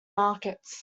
markets